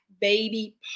baby